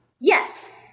yes